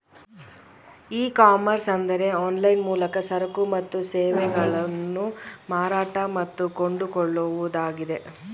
E commerce ಅಂದರೆ online ಮೂಲಕ ಸರಕು ಮತ್ತು ಸೇವೆಗಳನ್ನು ಮಾರಾಟ ಮತ್ತು ಕೊಂಡುಕೊಳ್ಳುವುದಾಗಿದೆ